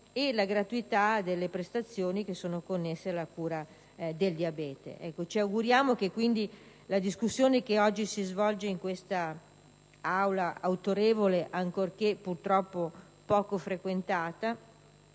e la gratuità delle prestazioni connesse alla cura del diabete. Ci auguriamo quindi che la discussione che oggi si svolge in quest'Aula, autorevole ancorché purtroppo poco frequentata,